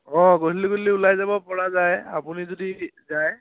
অঁ গধূলি গধূলি ওলাই যাব পৰা যায় আপুনি যদি যায়